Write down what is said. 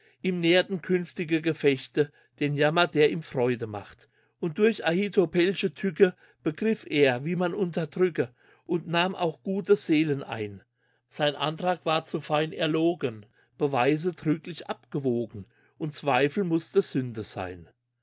ihm nährten künftige gefechte den jammer der ihm freude macht und durch abitophelsche tücke begriff er wie man unterdrücke und nahm auch gute seelen ein sein antrag war zu fein erlogen beweise trüglich abgewogen und zweifel müssten sünde sein